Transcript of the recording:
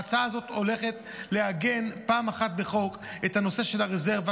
ההצעה הזאת הולכת לעגן פעם אחת בחוק את הנושא של הרזרבה,